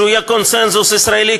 שיהיה קונסנזוס ישראלי,